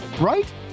right